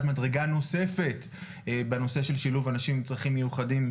מדרגה נוספת בנושא של שילוב אנשים עם צרכים מיוחדים,